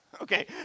okay